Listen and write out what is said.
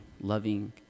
loving